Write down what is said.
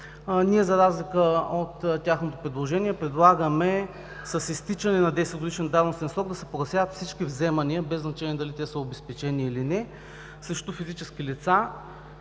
Ние, за разлика от тяхното предложение, предлагаме с изтичане на 10 годишния давностен срок да се погасяват всички вземания без значение дали те са обезпечени или не срещу физически лица,